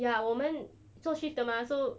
ya 我们做 shift 的吗 so